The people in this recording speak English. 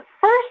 first